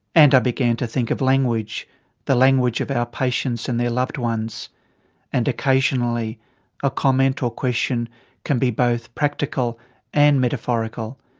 and i began to think of language the language of our patients and their loved ones and occasionally a comment or question can be both practical and metaphorical,